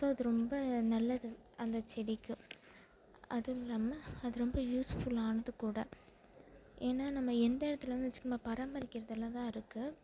so அது ரொம்ப நல்லது அந்த செடிக்கு அதுவுல்லாமல் அது ரொம்ப யூஸ்ஃபுல்லானது கூட ஏன்னால் நம்ம எந்த இடத்துல வந்து வெச்சு நம்ம பராமரிக்கிறதில் தான் இருக்குது